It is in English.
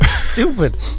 Stupid